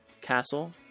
castle